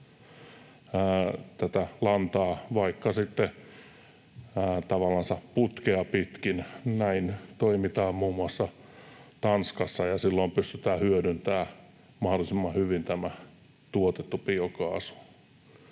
fiksua, vaikka sitten tavallansa putkea pitkin. Näin toimitaan muun muassa Tanskassa, ja silloin pystytään hyödyntämään mahdollisimman hyvin tämä tuotettu biokaasu.